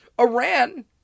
Iran